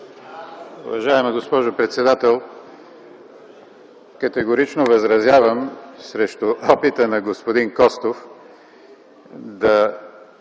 Уважаема госпожо председател, категорично възразявам срещу опита на господин Костов да